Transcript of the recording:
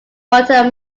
water